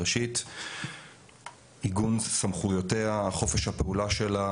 ראשית, עיגון סמכויותיה, חופש הפעולה שלה